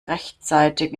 rechtzeitig